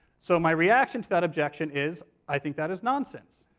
so my reaction to that objection is i think that is nonsense.